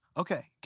okay.